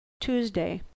tuesday